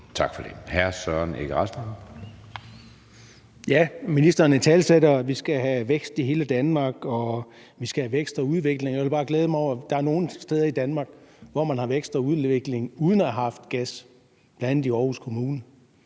Kl. 19:50 Søren Egge Rasmussen (EL): Ministeren italesætter, at vi skal have vækst i hele Danmark, og at vi skal have vækst og udvikling. Jeg vil bare glæde mig over, at der er nogle steder i Danmark, hvor man har vækst og udvikling uden at have haft gas, bl.a. i Aarhus Kommune.